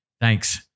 Thanks